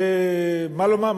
ומה לומר,